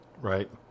Right